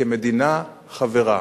כמדינה חברה,